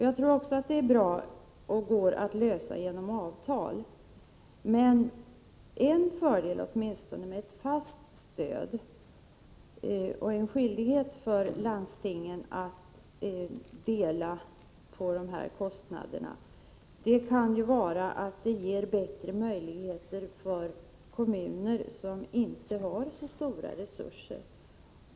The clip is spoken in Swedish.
Jag tror också att det går att lösa problemen genom avtal. En fördel med att ha både ett fast stöd och en skyldighet för landstingen att ta sin del av kostnaderna kan i alla fall vara att en sådan lösning åtminstone ger bättre möjligheter för kommuner som inte har så stora resurser.